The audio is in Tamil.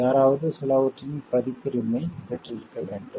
யாராவது சிலவற்றின் பதிப்புரிமை பெற்றிருக்க வேண்டும்